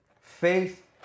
Faith